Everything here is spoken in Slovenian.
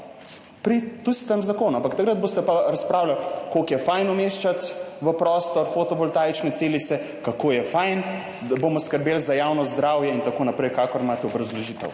pri tistem zakonu, ampak takrat boste pa razpravljali koliko je fajn umeščati v prostor fotovoltaične celice, kako je fajn, da bomo skrbeli za javno zdravje in tako naprej, kakor imate obrazložitev.